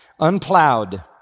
unplowed